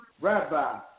rabbi